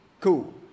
cool